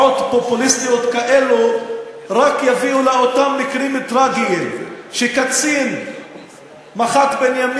לך שהשופטים ישקללו את כל הנסיבות, אבל לא נכון.